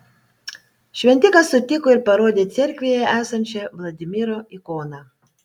šventikas sutiko ir parodė cerkvėje esančią vladimiro ikoną